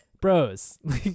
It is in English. bros